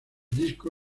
disco